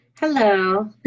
Hello